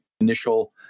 initial